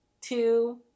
two